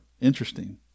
interesting